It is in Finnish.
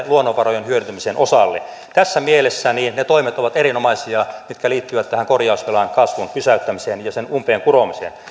luonnonvarojen hyödyntämisen osalle tässä mielessä ne toimet ovat erinomaisia mitkä liittyvät tähän korjausvelan kasvun pysäyttämiseen ja sen umpeenkuromiseen